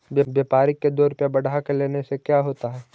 व्यापारिक के दो रूपया बढ़ा के लेने से का होता है?